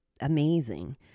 amazing